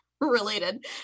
related